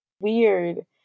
weird